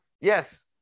yes